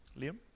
Liam